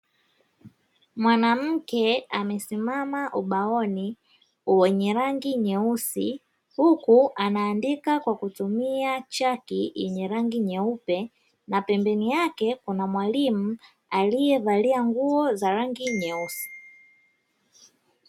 Mwanamke amesimama ubaoni wenye rangi nyeusi huku anaandika kwa kutumia chaki yenye rangi nyeupe na pembeni yake kuna mwalimu aliyevalia nguo za rangi nyeusi.